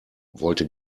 wollte